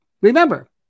Remember